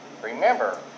Remember